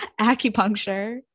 Acupuncture